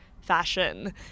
fashion